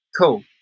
Cool